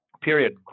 period